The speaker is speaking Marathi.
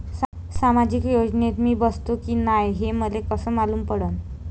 सामाजिक योजनेत मी बसतो की नाय हे मले कस मालूम पडन?